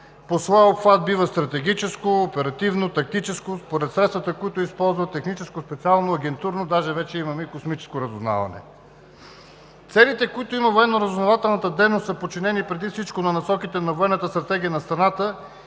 По своя обхват то бива стратегическо, оперативно, тактическо, а според средствата, които използва – техническо, специално, агентурно, а даже вече имаме и космическо разузнаване. Целите, които има военно-разузнавателната дейност, са подчинени преди всичко на насоките на военната стратегия на страната